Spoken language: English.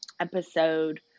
episode